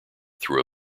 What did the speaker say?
through